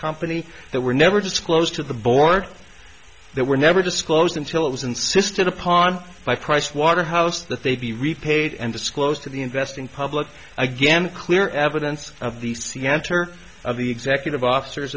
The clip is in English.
company that were never disclosed to the board that were never disclosed until it was insisted upon by pricewaterhouse that they be repaid and disclosed to the investing public again clear evidence of the c answer of the executive officers